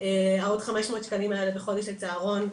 העוד 500 שקלים האלה בחודש לצהרון,